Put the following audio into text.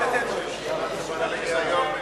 לדיון מוקדם בוועדת הכלכלה נתקבלה.